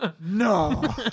No